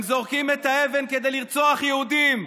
הם זורקים את האבן כדי לרצוח יהודים.